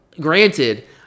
granted